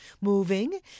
moving